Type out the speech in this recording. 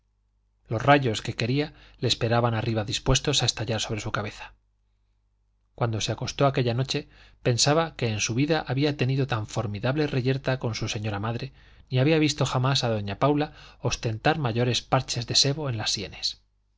los rayos que quería le esperaban arriba dispuestos a estallar sobre su cabeza cuando se acostó aquella noche pensaba que en su vida había tenido tan formidable reyerta con su señora madre ni había visto jamás a doña paula ostentar mayores parches de sebo en las sienes